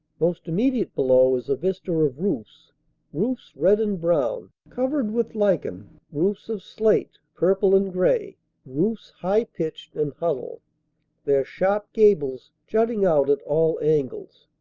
most immediate below is a vista of roofs roofs red and brown, covered with lichen roofs of slate, purple and gray roofs high-pitched and huddled their sharp gables jutting out at all angles.